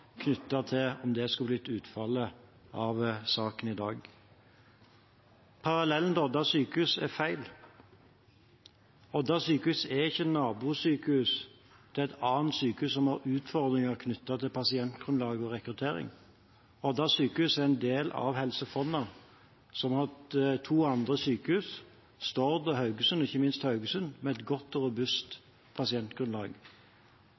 knyttet til om det skulle blitt utfallet av saken i dag. Parallellen til Odda sjukehus er feil. Odda sjukehus er ikke nabosykehus til et annet sykehus som har utfordringer knyttet til pasientgrunnlag og rekruttering. Odda sjukehus er en del av Helse Fonna, som har to andre sykehus, Stord og Haugesund, ikke minst Haugesund, med et godt og